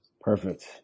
Perfect